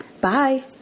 bye